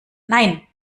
nein